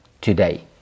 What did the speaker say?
today